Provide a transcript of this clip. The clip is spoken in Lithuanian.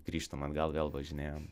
grįžtam atgal vėl važinėjam